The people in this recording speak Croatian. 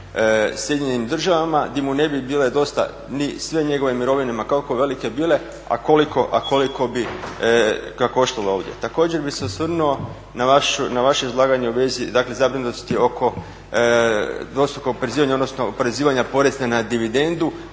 recimo u SAD-u gdje mu ne bi bile dosta ni sve njegove mirovine, ma kako velike bile, a koliko bi ga koštalo ovdje. Također bi se osvrnuo na vaše izlaganje u vezi dakle zabrinutosti oko dvostrukog oporezivanja, odnosno oporezivanja poreza na dividendu